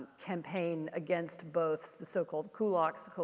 campaign against both the so-called kulaks,